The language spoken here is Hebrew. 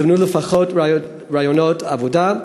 זומנו לפחות ראיונות עבודה,